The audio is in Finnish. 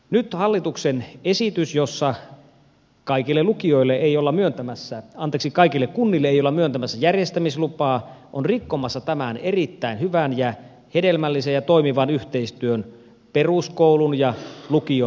nyt hallituksen esitys jossa kaikille kunnille ei olla myöntämässä järjestämislupaa on rikkomassa tämän erittäin hyvän ja hedelmällisen ja toimivan yhteistyön peruskoulun ja lukion välillä